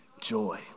joy